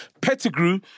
Pettigrew